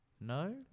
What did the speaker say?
No